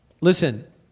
Listen